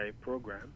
program